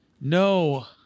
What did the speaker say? No